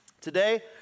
today